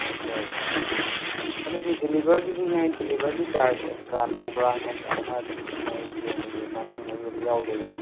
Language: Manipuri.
ꯑꯣꯀꯦ ꯑꯣꯀꯦ ꯑꯗꯨꯗꯤ ꯗꯤꯂꯤꯚꯔꯒꯤꯗꯤꯅꯦ ꯗꯤꯂꯤꯚꯔꯒꯤ ꯆꯥꯔꯖ ꯑꯦꯛꯁꯇ꯭ꯔꯥ ꯂꯧꯕ꯭ꯔꯥ ꯅꯠꯇ꯭ꯔꯒꯅ ꯑꯗꯨꯝ ꯅꯣꯏ ꯌꯦꯟꯒꯤ ꯃꯅꯨꯡꯗ ꯑꯗꯨꯝ ꯌꯥꯎꯗꯣꯏꯔꯥ